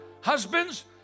husbands